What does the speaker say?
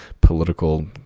political